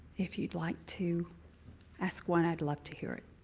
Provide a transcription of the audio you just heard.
if you'd like to ask one, i'd love to hear it.